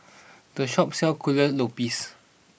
the shop sells Kuih Lopes